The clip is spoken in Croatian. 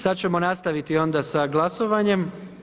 Sad ćemo nastaviti onda sa glasovanjem.